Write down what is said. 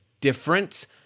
different